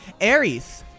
Aries